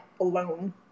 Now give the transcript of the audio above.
alone